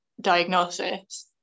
diagnosis